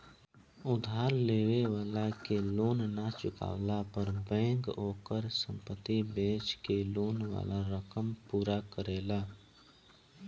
उधार लेवे वाला के लोन ना चुकवला पर बैंक ओकर संपत्ति बेच के लोन वाला रकम पूरा करेला